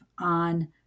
on